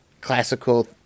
classical